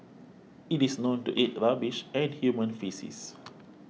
it is known to eat rubbish and human faeces